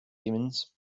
demons